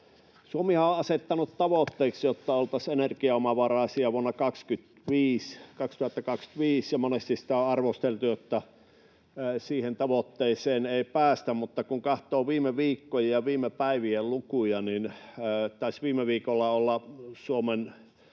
Suomihan on asettanut tavoitteeksi, että oltaisiin energiaomavaraisia vuonna 2025, ja monesti sitä on arvosteltu, että siihen tavoitteeseen ei päästä. Mutta kun katsoo viime viikkojen ja viime